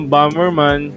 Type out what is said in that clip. Bomberman